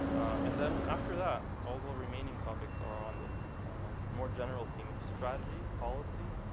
and then after that, all the remaining topics are on the on the more general theme of strategy, policy,